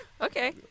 Okay